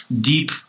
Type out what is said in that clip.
deep